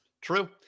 True